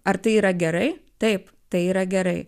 ar tai yra gerai taip tai yra gerai